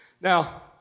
Now